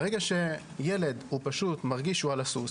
ברגע שילד מרגיש שהוא על הסוס,